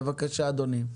בבקשה אדוני.